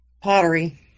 Pottery